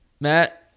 Matt